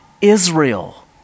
Israel